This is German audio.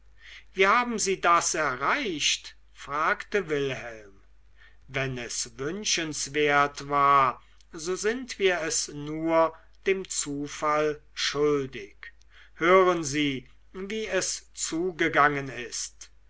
wie haben sie das erreicht fragte wilhelm wenn es wünschenswert war so sind wir es nur dem zufall schuldig hören sie wie es zugegangen ist